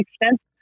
extent